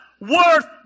worth